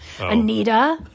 Anita